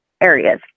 areas